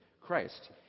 Christ